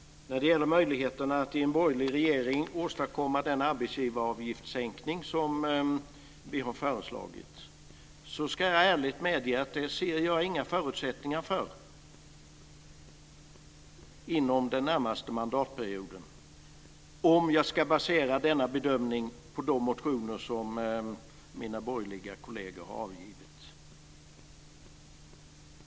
När det gäller möjligheterna att i en borgerlig regering åstadkomma den arbetsgivaravgiftssänkning som vi har föreslagit ska jag ärligt medge att det ser jag inga förutsättningar för inom den närmaste mandatperioden, om jag ska basera denna bedömning på de motioner som mina borgerliga kolleger har avgivit.